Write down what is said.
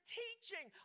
teaching